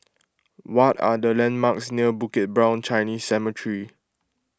what are the landmarks near Bukit Brown Chinese Cemetery